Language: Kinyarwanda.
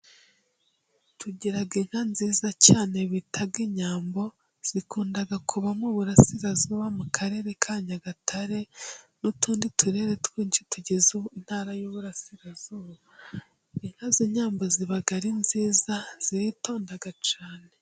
Tugira inka nziza cyane bita inyambo zikunda kuba mu Burasirazuba mu karere ka Nyagatare n'utundi turere twinshi tugize ubu intara y'iburasirazuba, inka z'inyambo ziba ari nziza ziritonda cyane.